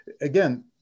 again